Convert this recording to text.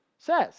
says